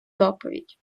доповідь